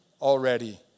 already